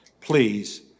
please